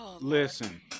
Listen